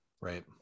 right